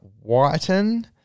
Whiten